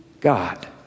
God